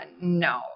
no